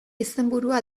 izenburua